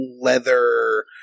leather